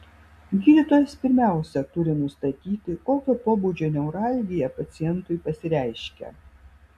gydytojas pirmiausia turi nustatyti kokio pobūdžio neuralgija pacientui pasireiškia